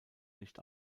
nicht